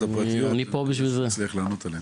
הפרטיות ואני מקווה שתצליח לענות עליהן.